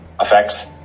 effects